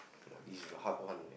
!wah! this is a hard one man